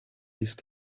ist